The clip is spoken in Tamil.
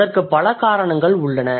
அதற்குப் பல காரணங்கள் உள்ளன